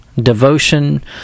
devotion